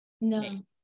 no